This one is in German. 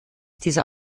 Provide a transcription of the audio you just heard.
dieser